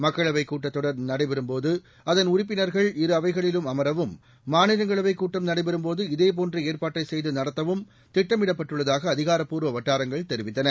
மக்களவை கூட்டத் தொடர் நடைபெறும்போது அதன் உறுப்பினர்கள் இரு அவைகளிலும் அமரவும் மாநிலங்களவைக் கூட்டம் நடைபெறும்போது இதேபோன்ற ஏற்பாட்டைச் செய்து நடத்தவும் திட்டமிடப்பட்டுள்ளதாக அதிகாரப்பூர்வ வட்டாரங்கள் தெரிவித்தன